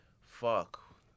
fuck